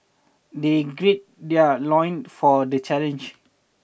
they gird their loin for the challenge